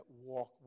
walk